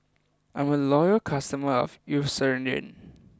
I'm a loyal customer of Eucerin